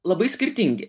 labai skirtingi